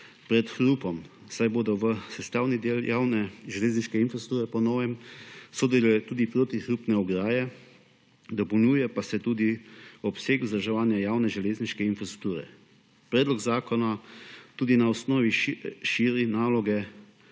pred hrupom, saj bodo v sestavni del javne železniške infrastrukture po novem sodile tudi protihrupne ograje, dopolnjuje pa se tudi obseg vzdrževanja javne železniške infrastrukture. Predlog zakona širi naloge